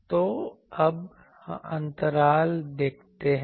तो अब हम अंतराल को देखते हैं